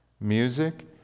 Music